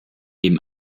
dem